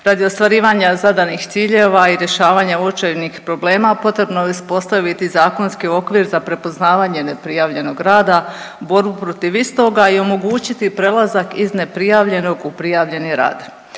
Radi ostvarivanja zadanih ciljeva i rješavanja uočenih problema, potrebno je uspostaviti zakonski okvir za prepoznavanje neprijavljenog rada, borbu protiv istoga i omogućiti prelazak iz neprijavljenog u prijavljeni rad.